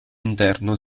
interno